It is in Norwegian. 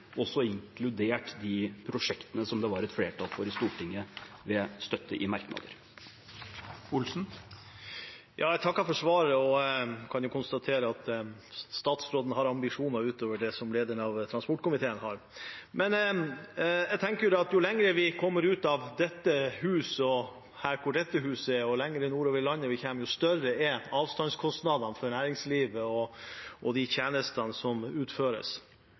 også inkludert de prosjektene som det var et flertall for i Stortinget ved støtte i merknader. Jeg takker for svaret og kan konstatere at statsråden har ambisjoner utover det som lederen av transportkomiteen har. Men jeg tenker at jo lenger vi kommer bort fra dette hus, og jo lenger nordover landet vi kommer, jo større er avstandskostnadene for næringslivet og de tjenestene som utføres.